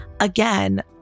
again